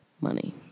money